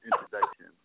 introduction